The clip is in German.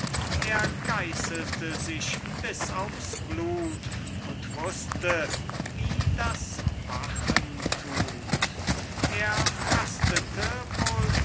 er geißelte sich bis aufs blut und wußte wie das wachen tut er fastete